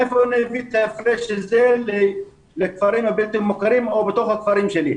מאיפה אני אביא את ההפרש הזה לכפרים הבלתי מוכרים או בתוך הכפרים שלי?